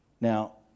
Now